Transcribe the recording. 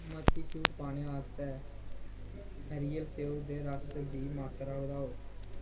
मती छूट पाने आस्तै रियल स्येऊ दा रस दी मात्तरा बधाओ